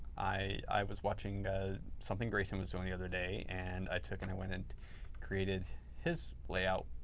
i i was watching something grayson was doing the other day and i took and i went and created his layout,